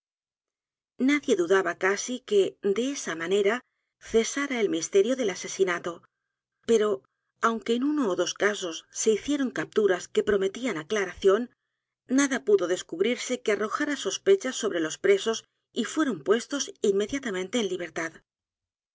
nadie dudaba casi que de esa manera cesara el misterio del asesinato pero aunque en uno ó dos casos se hicieron capturas que prometían aclaración nada pudo descubrirse que arrojara sospechas sobre los presos y fueron puestos inmediatamente en liberedgar